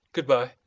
good-bye.